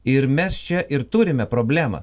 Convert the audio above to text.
ir mes čia ir turime problemą